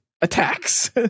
attacks